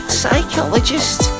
psychologist